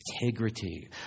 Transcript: integrity